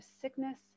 sickness